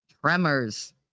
tremors